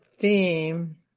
theme